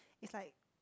it's like